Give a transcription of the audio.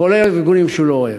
כולל ארגונים שהוא לא אוהב,